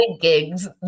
gigs